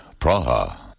Praha